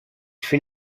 fait